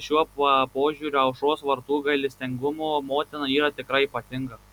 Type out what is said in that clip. šiuo požiūriu aušros vartų gailestingumo motina yra tikrai ypatinga